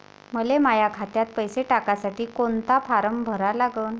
मले माह्या खात्यात पैसे टाकासाठी कोंता फारम भरा लागन?